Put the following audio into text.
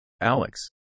Alex